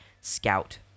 scout